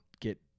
get